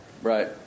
right